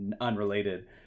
unrelated